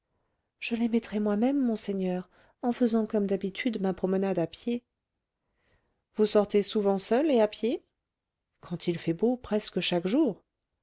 je les mettrai moi-même monseigneur en faisant comme d'habitude ma promenade à pied vous sortez souvent seule et à pied quand il fait beau presque chaque jour